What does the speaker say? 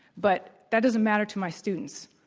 but that doesn't matter to my students.